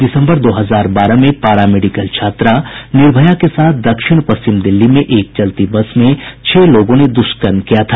दिसंबर दो हजार बारह में पारा मेडिकल छात्रा निर्भया के साथ दक्षिण पश्चिम दिल्ली में एक चलती बस में छह लोगों ने दुष्कर्म किया था